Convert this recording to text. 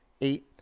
eight